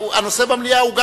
הנושא במליאה גם חשוב,